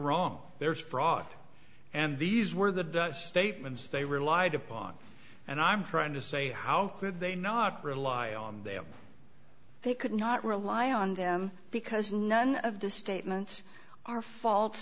wrong there is fraud and these were the dust statements they relied upon and i'm trying to say how could they not rely on them they could not rely on them because none of the statements are fa